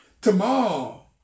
tomorrow